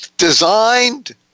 designed